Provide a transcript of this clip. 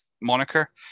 moniker